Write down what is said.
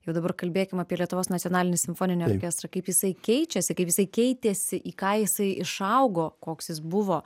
jau dabar kalbėkim apie lietuvos nacionalinį simfoninį orkestrą kaip jisai keičiasi kaip jisai keitėsi į ką jisai išaugo koks jis buvo